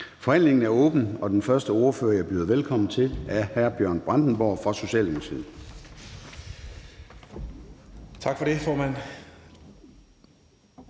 Forhandlingen er åbnet. Den første ordfører, jeg byder velkommen til, er hr. Bjørn Brandenborg fra Socialdemokratiet.